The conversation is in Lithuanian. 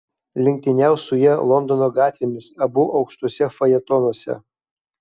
lenktyniaus su ja londono gatvėmis abu aukštuose fajetonuose